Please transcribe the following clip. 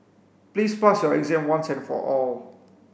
please pass your exam once and for all